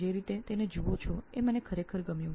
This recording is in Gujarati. આપ જે રીતે જુઓ છે તે મને વાસ્તવમાં ગમ્યું